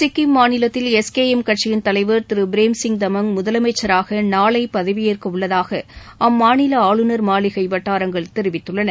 சிக்கிம் மாநிலத்தில் S K M கட்சியின் தலைவர் திரு பிரேம் சிங் தமங் முதலமைச்சராக நாளை பதவியேற்க உள்ளதாக அம்மாநில ஆளுநர் மாளிகை வட்டாரங்கள் தெரிவித்துள்ளன